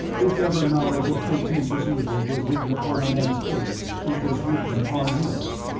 if ever knowledge of portentous evil were written upon a man's face it was written upon his,